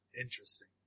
interesting